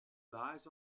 lies